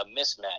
mismatch